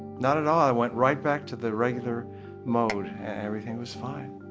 not at all. i went right back to the regular mode. everything was fine.